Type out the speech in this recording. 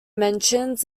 mentions